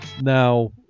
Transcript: Now